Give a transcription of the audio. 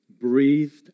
breathed